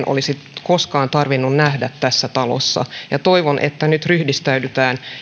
olisi koskaan tarvinnut nähdä tässä talossa ja toivon että nyt ryhdistäydytään